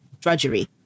drudgery